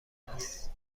است